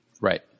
Right